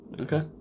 okay